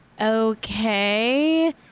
okay